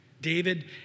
David